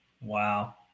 Wow